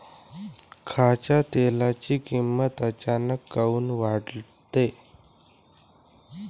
खाच्या तेलाची किमत अचानक काऊन वाढते?